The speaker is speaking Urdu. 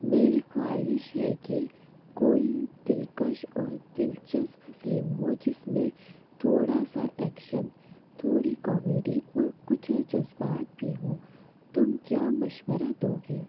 میری خواہش ہے کہ کوئی دلکش اور دلچسپ فلم ہو جس میں تھوڑا سا ایکشن تھوڑی کامیڈی اور کچھ جذبات بھی ہوں تم کیا مشورہ دو گے